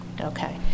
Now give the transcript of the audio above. okay